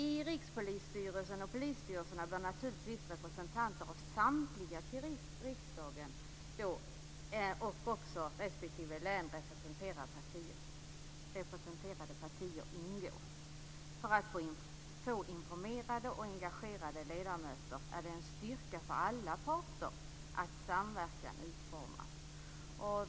I Rikspolisstyrelsen och polisstyrelserna bör naturligtvis finnas representanter från samtliga partier som är representerade i riksdag respektive landsting. För att få informerade och engagerade ledamöter är det en styrka för alla parter att samverkan utformas.